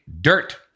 dirt